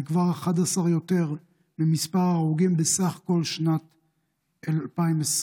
זה 11 יותר ממספר ההרוגים בכל שנת 2020,